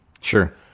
Sure